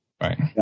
right